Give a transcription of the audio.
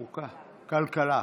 הכלכלה.